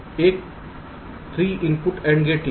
एक 3 input AND gate लें